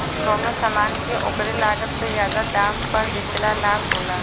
कउनो समान के ओकरे लागत से जादा दाम पर बेचना लाभ होला